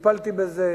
טיפלתי בזה,